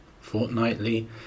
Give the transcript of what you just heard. fortnightly